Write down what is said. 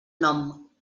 nom